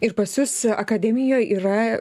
ir pas jus akademijoj yra